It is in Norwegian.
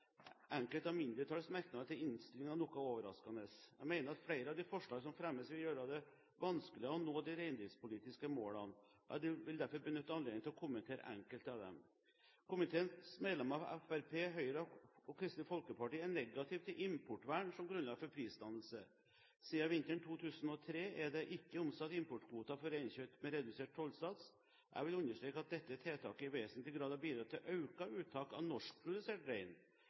enkelte av mindretallets merknader i innstillingen noe overraskende. Jeg mener at flere av de forslag som fremmes, vil gjøre det vanskelig å nå de reindriftspolitiske målene, og jeg vil derfor benytte anledningen til å kommentere enkelte av disse. Komiteens medlemmer fra Fremskrittspartiet, Høyre og Kristelig Folkeparti er negative til importvern som grunnlag for prisdannelse. Siden vinteren 2003 er det ikke omsatt importkvoter for reinkjøtt med redusert tollsats. Jeg vil understreke at dette tiltaket i vesentlig grad har bidratt til økt uttak av norskprodusert rein.